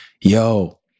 yo